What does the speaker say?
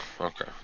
Okay